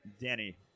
Danny